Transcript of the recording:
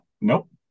Nope